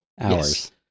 Hours